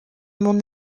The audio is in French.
mon